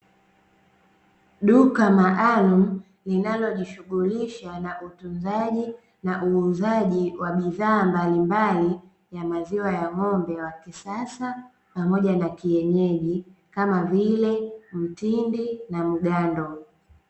Duka maalum linalojishughulisha na utunzaji na uuzaji wa bidhaa mbalimbali ya maziwa ya ng'ombe wa kisasa pamoja na kienyeji kama vile Mtindi na mgando.